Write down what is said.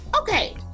Okay